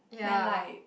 then like